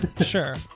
sure